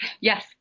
Yes